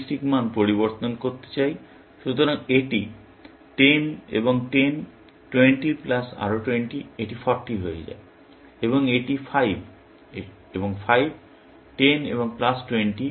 সুতরাং এটি 10 এবং 10 20 প্লাস আরও 20 এটি 40 হয়ে যায় এবং এটি 5 এবং 5 10 এবং প্লাস 20 এটি 30 হয়ে যায়